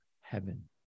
heaven